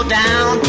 down